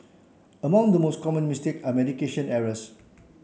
among the most common mistake are medication errors